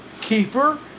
keeper